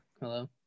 hello